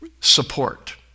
support